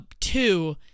Two